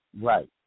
Right